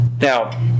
Now